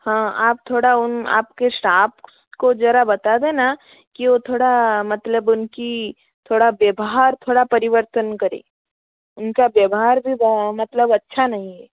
हाँ आप थोड़ा उन आपके स्टाफ को ज़रा बता देना कि वो थोड़ा मतलब उनके थोड़ा व्याहवार थोड़ा परिवर्तन करें उनका व्याहवार भी मतलब अच्छा नहीं है